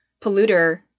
polluter